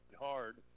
hard